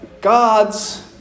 God's